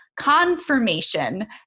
confirmation